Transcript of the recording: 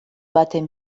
baten